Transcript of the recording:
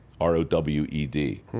R-O-W-E-D